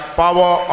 power